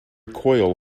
coil